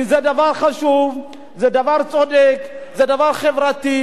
כי זה דבר חשוב, זה דבר צודק, זה דבר חברתי.